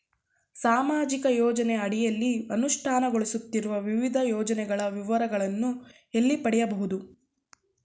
ಸಾಮಾಜಿಕ ಯೋಜನೆಯ ಅಡಿಯಲ್ಲಿ ಅನುಷ್ಠಾನಗೊಳಿಸುತ್ತಿರುವ ವಿವಿಧ ಯೋಜನೆಗಳ ವಿವರಗಳನ್ನು ಎಲ್ಲಿ ಪಡೆಯಬಹುದು?